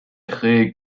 créé